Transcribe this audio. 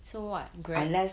so what grab